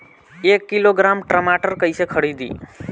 एक किलोग्राम टमाटर कैसे खरदी?